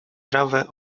trawę